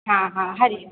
हा हा हरि ओम